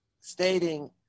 stating